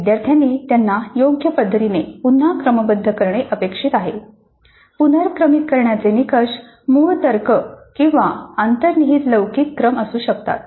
विद्यार्थ्यांनी त्यांना योग्य पद्धतीने पुन्हा क्रमबद्ध करणे अपेक्षित आहे पुनर्क्रमित करण्याचे निकष मूळ तर्क किंवा अंतर्निहित लौकिक क्रम असू शकतात